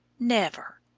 never!